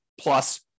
plus